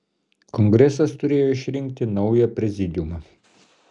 kongresas turėjo išrinkti naują prezidiumą